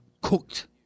cooked